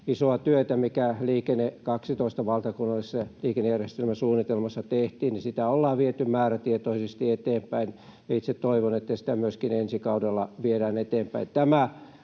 isoa työtä, mikä tehtiin Liikenne 12:ssa, valtakunnallisessa liikennejärjestelmäsuunnitelmassa, ollaan viety määrätietoisesti eteenpäin, ja toivon, että sitä myöskin ensi kaudella viedään eteenpäin.